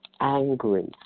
angry